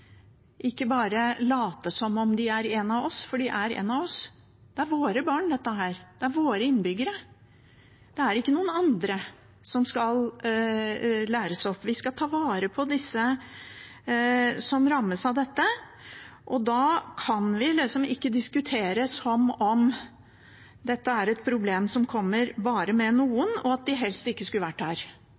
ikke bare late som om de er én av oss, for de er én av oss. Dette er våre barn. Det er våre innbyggere. Det er ikke noen andre, som skal læres opp. Vi skal ta vare på dem som rammes av dette, og da kan vi ikke diskutere som om dette er et problem som bare kommer med noen, og at de helst ikke skulle vært her, for da hadde liksom problemet ikke vært der.